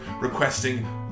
requesting